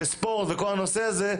ספורט וכל הנושא הזה,